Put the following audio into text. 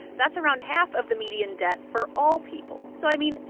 that's around half of the median debt for all people. so i mean,